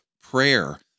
prayer